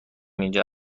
اینجا